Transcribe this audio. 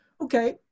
Okay